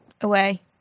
away